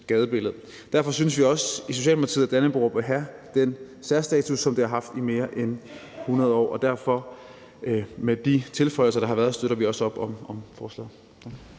Derfor synes vi også i Socialdemokratiet, at Dannebrog bør have den særstatus, som det har haft i mere end 100 år, og derfor støtter vi – med de tilføjelser, der har været – også op om forslaget.